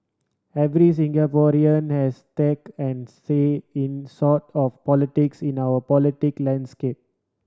every Singaporean has stake and say in sort of politics in our politic landscape